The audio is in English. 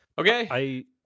Okay